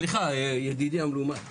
סליחה ידידי המלומד,